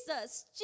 Jesus